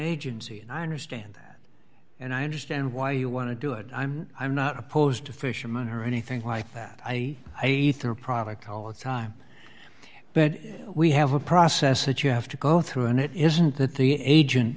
agency and i understand that and i understand why you want to do it i'm i'm not opposed to fishermen heard anything like that i ate their product all the time but we have a process that you have to go through and it isn't that the agent